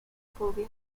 phobia